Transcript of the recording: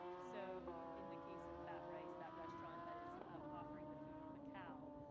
so in the case of fat rice, that restaurant that is offering the food of macao,